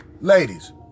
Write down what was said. Ladies